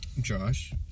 Josh